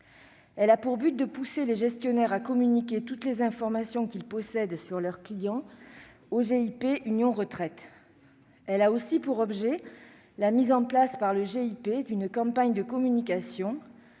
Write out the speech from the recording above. Elle a pour objet d'inciter les gestionnaires à communiquer toutes les informations qu'ils possèdent sur leurs clients au GIP Union Retraite. Elle a aussi pour finalité la mise en place par le GIP d'une campagne de communication,